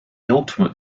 ultimate